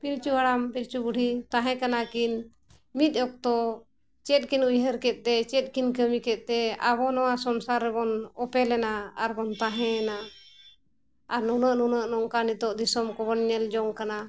ᱯᱤᱞᱪᱩ ᱦᱟᱲᱟᱢ ᱯᱤᱞᱪᱩ ᱵᱩᱰᱷᱤ ᱛᱟᱦᱮᱸ ᱠᱟᱱᱟ ᱠᱤᱱ ᱢᱤᱫ ᱚᱠᱛᱚ ᱪᱮᱫ ᱠᱤᱱ ᱩᱭᱦᱟᱹᱨ ᱠᱮᱫ ᱛᱮ ᱪᱮᱫ ᱠᱤᱱ ᱠᱟᱹᱢᱤ ᱠᱮᱫ ᱛᱮ ᱟᱵᱚ ᱱᱚᱣᱟ ᱥᱚᱝᱥᱟᱨ ᱨᱮᱵᱚᱱ ᱚᱯᱮᱞᱮᱱᱟ ᱟᱨᱵᱚᱱ ᱛᱟᱦᱮᱸᱭᱮᱱᱟ ᱟᱨ ᱱᱩᱱᱟᱹᱜ ᱱᱩᱱᱟᱹᱜ ᱱᱚᱝᱠᱟ ᱱᱤᱛᱚᱜ ᱫᱤᱥᱚᱢ ᱠᱚᱵᱚᱱ ᱧᱮᱞ ᱡᱚᱝ ᱠᱟᱱᱟ